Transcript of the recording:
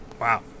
wow